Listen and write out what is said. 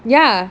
ya